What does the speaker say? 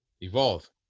Evolve